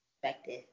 perspective